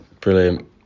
Brilliant